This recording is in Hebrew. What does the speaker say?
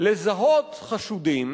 לזהות חשודים,